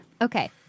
Okay